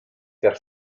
für